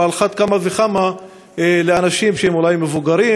ועל אחת כמה וכמה זה קשה לאנשים שהם אולי מבוגרים,